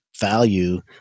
value